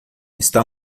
está